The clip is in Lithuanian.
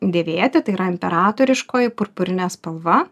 dėvėti tai yra imperatoriškoji purpurinė spalva